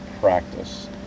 practice